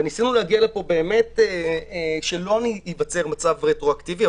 וניסינו להגיע לפה שלא ייווצר מצב רטרואקטיבי,